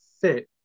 fit